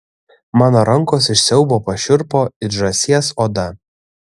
mano rankos iš siaubo pašiurpo it žąsies oda